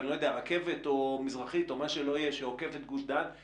גוש דן רכבת מזרחית או מה שלא יהיה בסדר גמור.